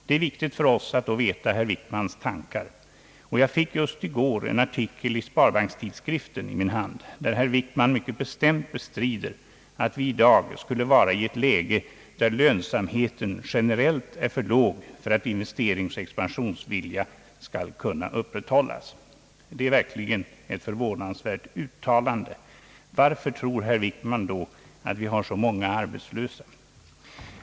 Det är då viktigt för oss att få veta herr Wickmans tankar, och jag fick just i går en artikel i sparbankstidskriften, där herr Wickman mycket bestämt bestrider, att vi i dag skulle vara i ett läge, där lönsamheten generellt är för låg för att investeringsoch expansionsviljan skall kunna upprätthållas. Det är verkligen ett förvånansvärt uttalande. Varför tror herr Wickman då att vi har så många arbetslösa?